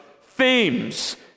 themes